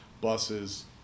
buses